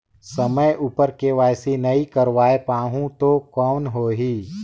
समय उपर के.वाई.सी नइ करवाय पाहुं तो कौन होही?